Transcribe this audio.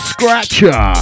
Scratcher